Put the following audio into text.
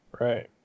Right